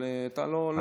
אבל אתה לא היית,